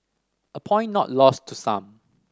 a point not lost to some